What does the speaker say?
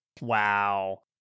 Wow